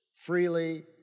Freely